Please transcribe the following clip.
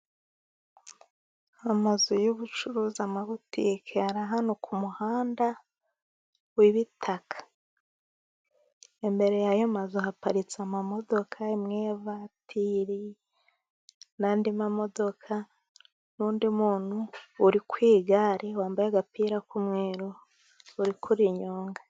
Amazu y'ubucuruzi amabutike, ari ahantu ku muhanda w'ibitaka. Imbere y'ayo mazu haparitse imodoka. Imwe y'ivatiri n'izindi modoka, n'undi muntu uri ku igare wambaye agapira k'umweru, uri kurinyonga.